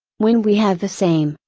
when we have the same,